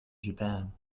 japan